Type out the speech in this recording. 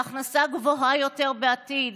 להכנסה גבוהה יותר בעתיד,